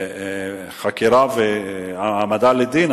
בחקירה והעמדה לדין,